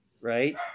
right